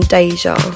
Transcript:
Deja